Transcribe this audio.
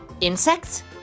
Insects